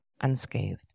unscathed